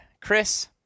Chris